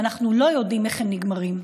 ואנחנו לא יודעים איך הם נגמרים.